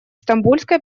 стамбульской